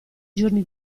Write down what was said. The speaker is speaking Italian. giorni